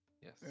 Yes